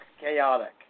chaotic